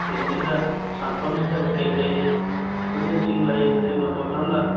ꯀꯩꯅꯣꯁꯤꯗ ꯁꯥꯟꯅꯐꯝꯁꯤꯗ ꯀꯔꯤ ꯀꯔꯤ ꯏꯀ꯭ꯋꯤꯞꯃꯦꯟꯁꯤꯡ ꯂꯩ ꯑꯗꯨꯗꯒꯤ ꯃꯇꯧ ꯀꯔꯝꯅ